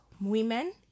women